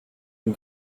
une